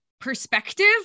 perspective